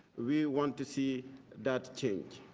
we want to see that change.